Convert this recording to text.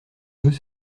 deux